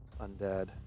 undead